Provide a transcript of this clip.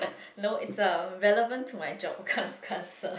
no it's a relevant to my job what kind of card sir